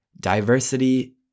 Diversity